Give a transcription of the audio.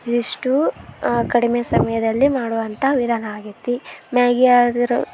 ಇದಿಷ್ಟು ಕಡಿಮೆ ಸಮಯದಲ್ಲಿ ಮಾಡುವಂಥ ವಿಧಾನ ಆಗೈತಿ ಮ್ಯಾಗಿ ಆದ್ರೂ